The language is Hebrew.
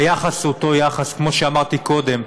היחס הוא אותו יחס, כמו שאמרתי קודם,